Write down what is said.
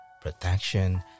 protection